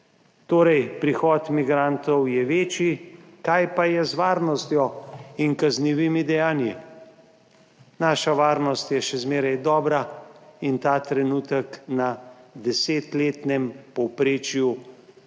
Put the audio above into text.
Torej, prihod migrantov je večji, kaj pa je z varnostjo in kaznivimi dejanji? Naša varnost je še zmeraj dobra in ta trenutek na desetletnem povprečju,